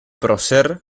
prócer